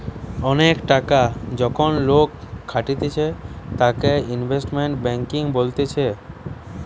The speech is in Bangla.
অনেক টাকা যখন লোকে খাটাতিছে তাকে ইনভেস্টমেন্ট ব্যাঙ্কিং বলতিছে